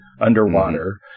underwater